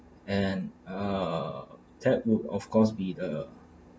and uh that would of course be the